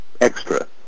extra